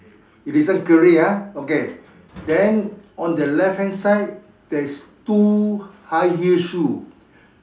you listen clearly ah okay then on the left hand side there's two high heel shoe